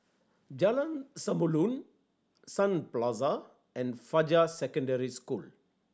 Jalan Samulun Sun Plaza and Fajar Secondary School